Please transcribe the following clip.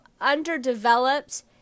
underdeveloped